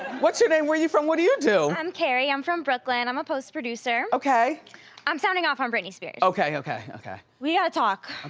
what's your name, where you from, what do you do? i'm carrie, i'm from brooklyn, i'm a post producer. i'm sounding off on britney spears. okay, okay, okay. we gotta talk,